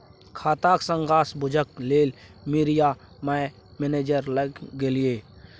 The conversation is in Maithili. खाताक सारांश बुझय लेल मिरिया माय मैनेजर लग गेलीह